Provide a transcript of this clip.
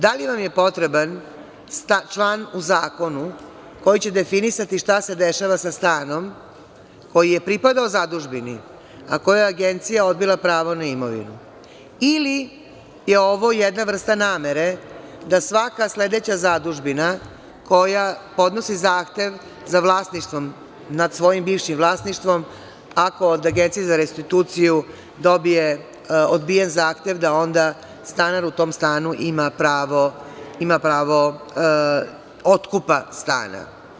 Da li vam je potreban član u zakonu koji će definisati šta se dešava sa stanom koji je pripadao zadužbini, a kome je Agencija odbila pravo na imovinu, ili je ovo jedna vrsta namere da svaka sledeća zadužbina koja podnosi zahtev nad svojim bivšim vlasništvom, ako od Agencije za restituciju dobije odbijen zahtev, da onda stanar u tom stanu ima pravo otkupa stana?